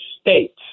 States